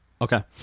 Okay